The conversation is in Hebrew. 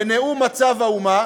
בנאום מצב האומה,